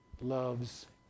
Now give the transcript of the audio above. loves